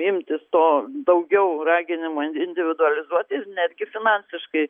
imtis to daugiau raginimo individualizuoti ir netgi finansiškai